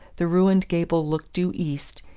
the ruined gable looked due east,